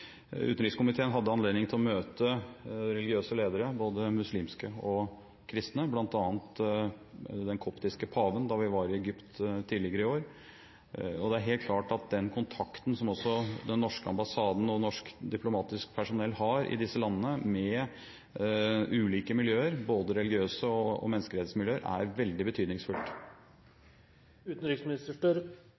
Utenrikskomiteen hadde anledning til å møte religiøse ledere, både muslimske og kristne, bl.a. den koptiske paven, da vi var i Egypt tidligere i år, og det er helt klart at den kontakten som også den norske ambassaden og norsk diplomatisk personell har med ulike miljøer, både religiøse og menneskerettsmiljøer, i disse landene, er veldig